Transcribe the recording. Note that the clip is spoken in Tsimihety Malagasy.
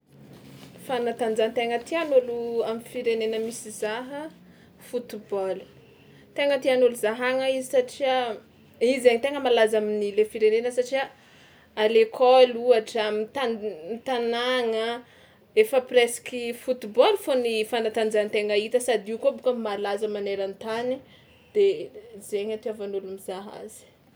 Fanatanjahantegna tiàn'ôlo am'firenena misy za a: football, tegna tiàn'olo zahagna izy satria izy zainy tegna malaza amin'ny le firenena satria à l'école ohatra am'tan- tanàgna, efa presky football fao ny fanatanjahantegna hita sady io koa bôka malaza maneran-tany de e- zainy atiavan'olo mizaha azy.